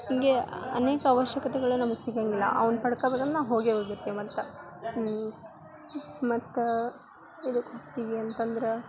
ಹಂಗೆ ಅನೇಕ ಆವಶ್ಯಕತೆಗಳು ನಮಗೆ ಸಿಗಂಗಿಲ್ಲ ಅವ್ನ ಪಡ್ಕೊಬೇಕಂದು ನಾವು ಹೋಗೇ ಹೋಗಿರ್ತೀವಂತ ಮತ್ತು ಎದುಕ್ ಹೋಗ್ತೀವಿ ಅಂತಂದ್ರೆ